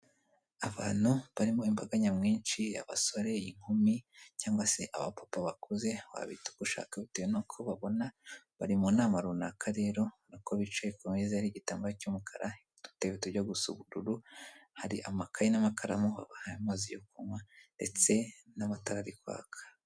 Abantu barimo imbaga nyamwinshi abasore, inkumi cyangwa se aba papa bakuze wabita ubushaka bitewe n'uko babona, bari mu nama runaka rero n'uko bicaye ku meza ariho igitambaro cy'umukara udutebe tujya gusu ubururu, hari amakaye n'amakaramu babaye amazi yo kunywa ndetse n'amatara ari kwaka.